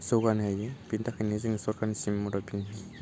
जौगानो हायो बेनि थाखा नो जों सरकारनिसिम मदद बियो